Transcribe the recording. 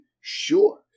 Sure